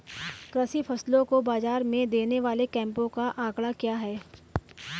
कृषि फसलों को बाज़ार में देने वाले कैंपों का आंकड़ा क्या है?